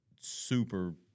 super